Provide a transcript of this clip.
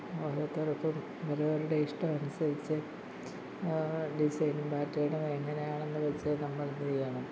ഓരോരുത്തർക്കും അവരവരുടെ ഇഷ്ടമനുസരിച്ച് ഡിസൈനും പാറ്റേണും എങ്ങനെയാണെന്ന് വെച്ച് നമ്മൾ ഇത് ചെയ്യണം